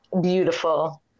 Beautiful